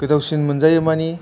गोथावसिन मोनजायो माने